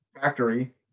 factory